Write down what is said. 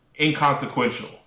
inconsequential